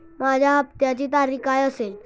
माझ्या हप्त्याची तारीख काय असेल?